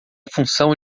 função